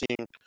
seeing